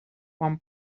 quan